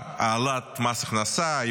העלאת מס הכנסה.